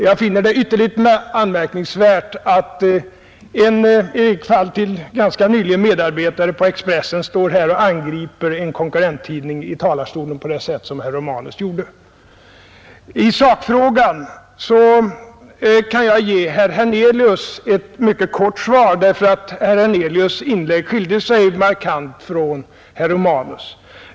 Jag finner det ytterligt anmärkningsvärt att en en person som i varje fall till helt nyligen varit medarbetare i Expressen står här i talarstolen och angriper en konkurrenttidning på det sätt som herr Romanus gjorde. I sakfrågan kan jag ge herr Hernelius ett mycket kort svar, därför att herr Hernelius” inlägg skilde sig markant från herr Romanus”.